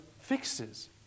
fixes